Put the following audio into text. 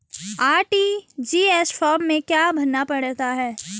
RTGS form में क्या क्या भरना है?